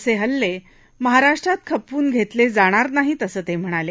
असे हल्ले महाराष्ट्रात खपवून घेतले जाणार नाहीत असं ते म्हणाले